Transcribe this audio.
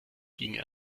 ginge